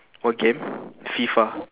what game fifa